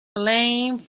playing